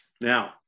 Now